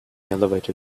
elevator